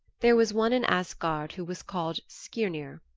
there was one in asgard who was called skirnir.